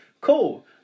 Cool